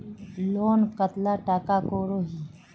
Loan कतला टाका करोही?